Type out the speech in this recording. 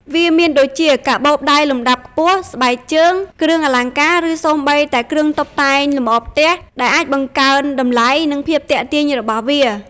វាមានដូចជា កាបូបដៃលំដាប់ខ្ពស់ ស្បែកជើង គ្រឿងអលង្ការ ឬសូម្បីតែគ្រឿងតុបតែងលម្អផ្ទះ ដែលអាចបង្កើនតម្លៃ និងភាពទាក់ទាញរបស់វា។